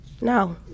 No